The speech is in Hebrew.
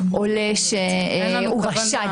עולה שהוא רשאי.